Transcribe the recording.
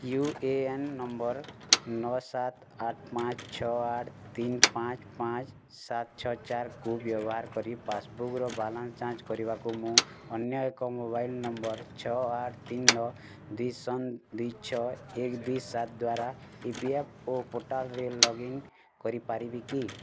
you A N number ନଅ ସାତ ଆଠ ପାଞ୍ଚ ଛଅ ଆଠ ତିନି ପାଞ୍ଚ ପାଞ୍ଚ ସାତ ଛଅ ଚାରିକୁ ବ୍ୟବହାର କରି ପାସ୍ବୁକ୍ର ବାଲାନ୍ସ ଯାଞ୍ଚ୍ କରିବାକୁ ମୁଁ ଅନ୍ୟ ଏକ ମୋବାଇଲ୍ ନମ୍ବର୍ ଛଅ ଆଠ ତିନି ନଅ ଦୁଇ ଶୂନ ଦୁଇ ଛଅ ଏକ ଦୁଇ ସାତ ଦ୍ଵାରା ଇ ପି ଏଫ୍ ଓ ପୋର୍ଟାଲ୍ରେ ଲଗ୍ଇନ୍ କରିପାରିବି କି